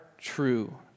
true